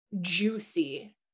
juicy